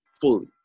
fully